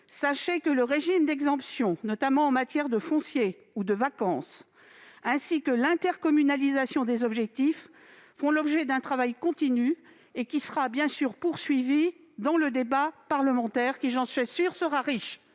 sachez que le régime d'exemption, notamment en matière de foncier ou de vacance, ainsi que l'intercommunalisation des objectifs font l'objet d'un travail continu, qui sera bien sûr poursuivi dans le débat parlementaire. Je suis certaine